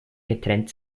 getrennt